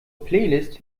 playlist